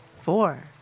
Four